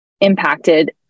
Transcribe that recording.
impacted